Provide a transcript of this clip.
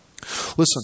Listen